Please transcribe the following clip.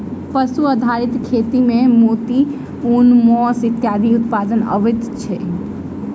पशु आधारित खेती मे मोती, ऊन, मौस इत्यादिक उत्पादन अबैत अछि